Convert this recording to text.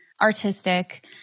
artistic